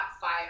fire